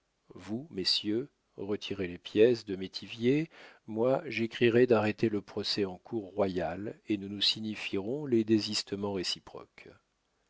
vous messieurs retirez les pièces de métivier moi j'écrirai d'arrêter le procès en cour royale et nous nous signifierons les désistements réciproques